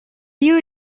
you